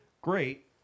great